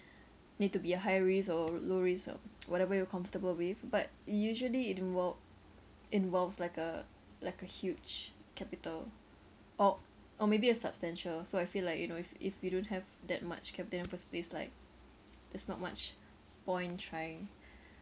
need to be a high risk or low risk or whatever you're comfortable with but usually it involve involves like a like a huge capital or or maybe a substantial so I feel like you know if if you don't have that much kept in the first place like there's not much point trying